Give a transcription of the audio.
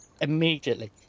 immediately